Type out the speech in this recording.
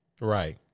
right